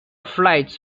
flights